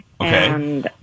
Okay